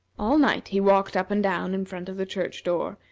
all night he walked up and down in front of the church-door,